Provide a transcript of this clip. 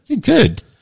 Good